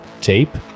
tape